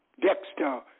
Dexter